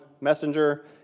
Messenger